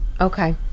Okay